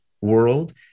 world